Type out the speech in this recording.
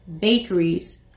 bakeries